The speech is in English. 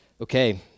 Okay